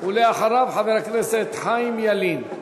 חבר הכנסת חיים ילין.